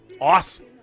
awesome